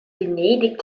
venedig